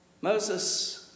Moses